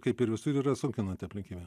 kaip ir visur yra sunkinanti aplinkybė